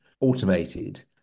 automated